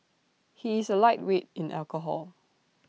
he is A lightweight in alcohol